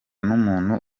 n’umuntu